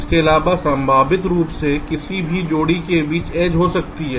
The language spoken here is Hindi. इसके अलावा संभावित रूप से किसी भी जोड़ी के बीच एज हो सकती है